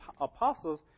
apostles